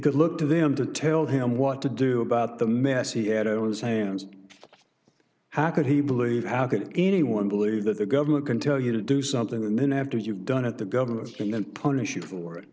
could look to them to tell him what to do about the mess he had it was hands how could he believe how could anyone believe that the government can tell you to do something and then after you've done it the government will and punish you for it